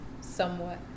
somewhat